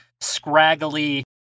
scraggly